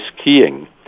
skiing